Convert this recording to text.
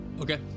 Okay